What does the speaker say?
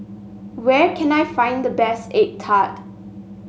where can I find the best egg tart